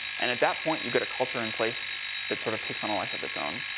and in that point you get a culture in place that sort of takes on a life of it's own,